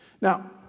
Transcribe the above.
Now